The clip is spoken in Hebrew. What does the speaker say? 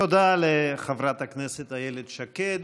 תודה לחברת הכנסת איילת שקד.